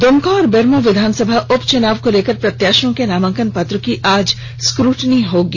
दुमका और बेरमो विधानसभा उपचुनाव को लेकर प्रत्याशियों के नामांकन पत्र की आज स्क्रूटनी होगी